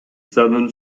southern